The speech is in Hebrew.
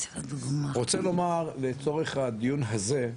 אני רוצה לומר לצורך הדיון הזה,